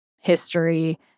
history